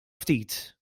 ftit